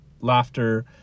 laughter